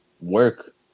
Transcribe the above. work